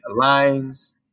lines